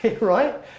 right